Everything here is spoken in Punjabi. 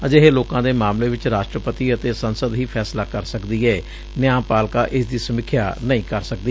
ਅਜਿਹੇ ਲੋਕਾਂ ਦੇ ਮਾਮਲੇ ਵਿਚ ਰਾਸਟਰਪਤੀ ਅਤੇ ਸੰਸਦ ਹੀ ਫੈਸਲਾ ਕਰ ਸਕਦੀ ਏ ਨਿਆਂ ਪਾਲਕਾ ਇਸੱ ਦੀ ਸਮੀਖਿਆ ਨਹੀਂ ਕਰ ਸਕਦੀ